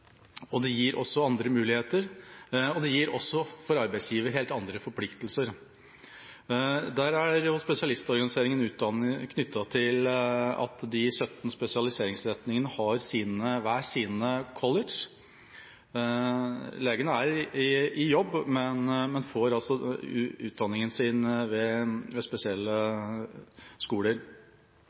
og det gir også andre muligheter. Og det gir arbeidsgiver helt andre forpliktelser. Der er organiseringen av spesialistutdanningen knyttet til at de 17 spesialiseringsretningene har hvert sitt college. Legene er i jobb, men får utdanningen sin ved spesielle skoler.